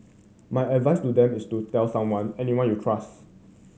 my advice to them is to tell someone anyone you trust